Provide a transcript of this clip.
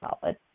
solid